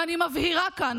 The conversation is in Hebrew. ואני מבהירה כאן,